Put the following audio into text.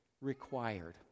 required